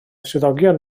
swyddogion